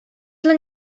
dla